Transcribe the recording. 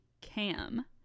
cam